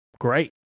Great